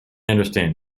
understand